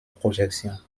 projection